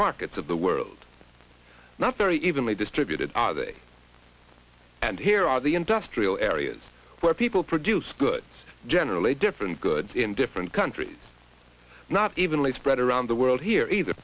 markets of the world not very evenly distributed and here are the industrial areas where people produce goods generally different goods in different countries not evenly spread around the world here either